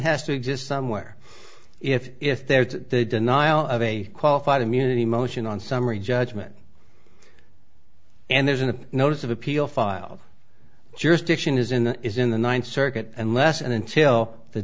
has to exist somewhere if there's a denial of a qualified immunity motion on summary judgment and there's a notice of appeal filed jurisdiction is in is in the ninth circuit unless and until the